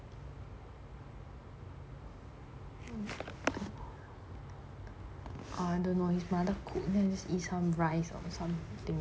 I don't know if my mother cook then eat some rice or something